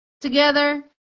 together